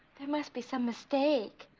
there must be some mistake